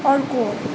अर्को